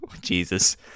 Jesus